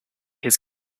his